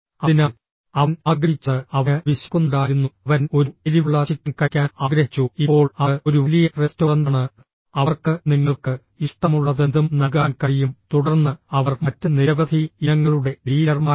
അതിനാൽ അവൻ ആഗ്രഹിച്ചത് അവന് വിശക്കുന്നുണ്ടായിരുന്നു അവൻ ഒരു എരിവുള്ള ചിക്കൻ കഴിക്കാൻ ആഗ്രഹിച്ചു ഇപ്പോൾ അത് ഒരു വലിയ റെസ്റ്റോറന്റാണ് അവർക്ക് നിങ്ങൾക്ക് ഇഷ്ടമുള്ളതെന്തും നൽകാൻ കഴിയും തുടർന്ന് അവർ മറ്റ് നിരവധി ഇനങ്ങളുടെ ഡീലർമാരാണ്